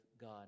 God